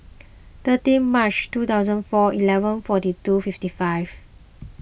thirty March two thousand four eleven forty two fifty five